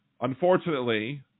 unfortunately